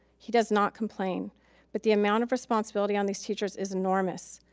he does not complain but the amount of responsibility on these teachers is enormous.